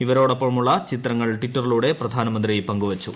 ഇവരോടൊപ്പമുള്ള ചിത്രങ്ങൾ ടിറ്ററിലൂടെ പ്രധാനമന്ത്രി പങ്കുവച്ചു